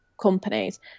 companies